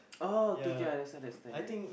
oh okay okay understand understand ya